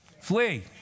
Flee